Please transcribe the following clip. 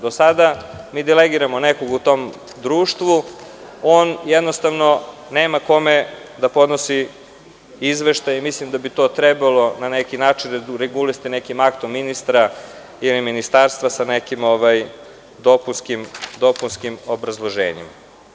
Do sada je bilo da mi delegiramo nekog u tom društvu, on jednostavno nema kome da podnosi izveštaj i mislim da bi to trebalo regulisati nekim aktom ministra ili ministarstva sa nekim dopunskim obrazloženjem.